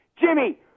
Jimmy